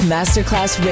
Masterclass